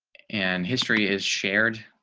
and history is shared.